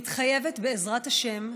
מתחייבת, בעזרת השם,